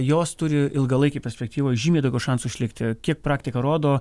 jos turi ilgalaikėj perspektyvoj žymiai daugiau šansų išlikti kiek praktika rodo